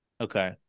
okay